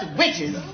witches